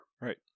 Right